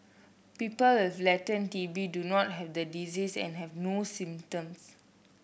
people with latent T B do not have the disease and have no symptoms